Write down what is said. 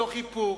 מתוך איפוק,